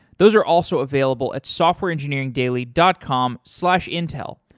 those are also available at softwareengineeringdaily dot com slash intel.